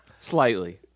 Slightly